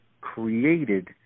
created